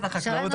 שכוייח.